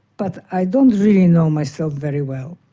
but i don't really know myself very well.